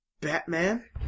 Batman